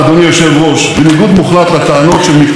בניגוד מוחלט לטענות של מתנגדי החוק,